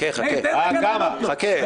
חכה, חכה.